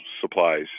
supplies